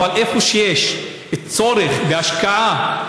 אבל איפה שיש צורך בהשקעה